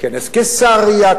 כנס קיסריה,